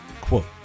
Quote